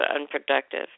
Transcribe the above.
unproductive